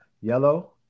Yellow